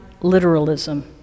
literalism